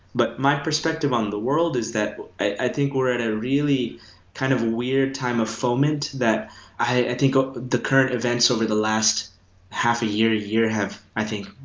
but my perspective on the world is that i think we're at a really kind of weird time of foment that i think ah the current events over the last half a year, a year, have, i think,